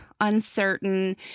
Uncertain